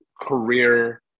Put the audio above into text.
career